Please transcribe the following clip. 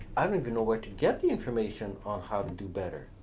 i don't even know where to get the information, on how to do better.